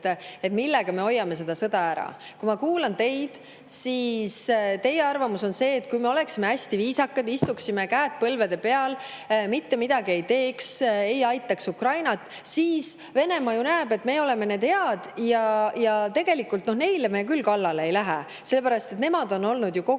see, millega me hoiame sõda ära. Kui ma kuulan teid, siis [saan aru, et] teie arvamus on see, et kui me oleksime hästi viisakad, istuksime, käed põlvede peal, ja mitte midagi ei teeks, ei aitaks Ukrainat, siis Venemaa näeks, et me oleme tegelikult head. "Neile me küll kallale ei lähe, sellepärast et nemad on olnud ju kogu